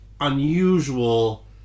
unusual